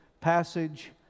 passage